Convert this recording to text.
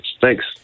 Thanks